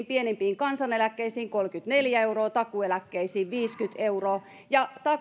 pienimpiin kansaneläkkeisiin kolmekymmentäneljä euroa takuueläkkeisiin viisikymmentä euroa ja